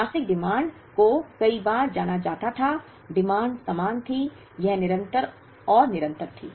मासिक मांगों को कई बार जाना जाता था मांग समान थी यह निरंतर और निरंतर थी